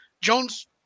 Jones